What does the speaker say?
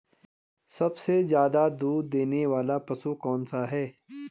सबसे ज़्यादा दूध देने वाला पशु कौन सा है?